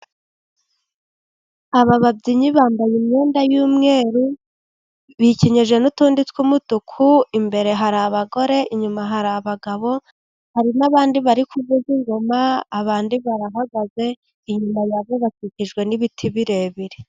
Aba babyinnyi bambaye imyenda y'umweru ,bikenyeje n'utundi tw'umutuku. Imbere hari abagore, inyuma hari abagabo , hari n'abandi bari kuvuza ingoma ,abandi barahagaze, inyuma yabo bakikijwe n'ibiti birebire.